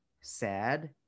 Sad